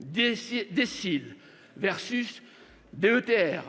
DSIL DETR,